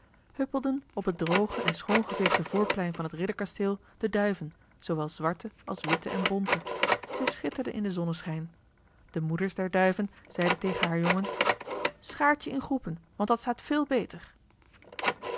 huppelden op het droge en schoongeveegde voorplein van het ridderkasteel de duiven zoowel zwarte als witte en bonte zij schitterden in den zonneschijn de moeders der duiven zeiden tegen haar jongen schaart je in groepen want dat staat veel beter